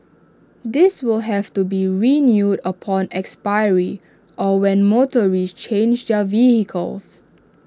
this will have to be renewed upon expiry or when motorists change their vehicles